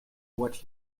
what